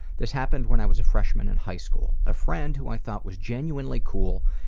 this happened when i was a freshman in high school. a friend, who i thought was genuinely cool,